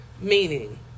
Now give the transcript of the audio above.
Meaning